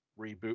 reboot